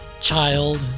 child